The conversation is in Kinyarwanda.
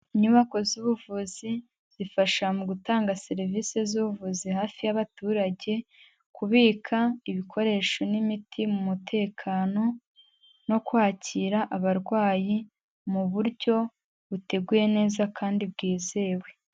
Inyubako z'ubuvuzi zifasha mu gutanga serivisi z'ubuvuzi hafi y'abaturage, kubika ibikoresho n'imiti mu mutekano no kwakira abarwayi mu buryo buteguye neza kandi bwizewe.